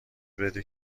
بده